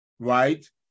right